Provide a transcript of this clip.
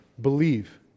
believe